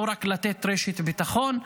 לא רק לתת רשת ביטחון,